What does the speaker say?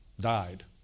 died